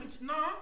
No